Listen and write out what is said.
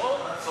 נכון, אתה צודק.